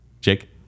Jake